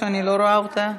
שאני לא רואה אותו,